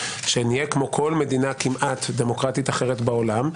שנהיה כמעט כמו כל מדינה דמוקרטית אחרת בעולם,